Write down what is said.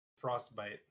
frostbite